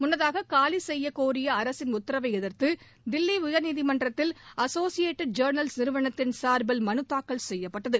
முன்னதாக காலி செய்ய கோரிய அரசின் உத்தரவை எதிர்த்து தில்லி உயர்நீதிமன்றத்தில் அசோசியேட் ஜர்னல்ஸ் நிறுவத்தின் சார்பில் மனு தாக்கல் செய்யப்பட்டது